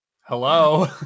hello